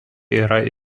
yra